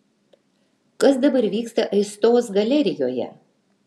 kas dabar vyksta aistos galerijoje